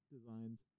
designs